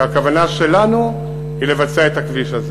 והכוונה שלנו היא לבצע את הכביש הזה.